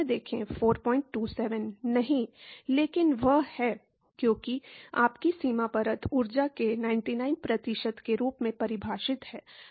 नहीं लेकिन वह है क्योंकि आपकी सीमा परत ऊर्जा के 99 प्रतिशत के रूप में परिभाषित है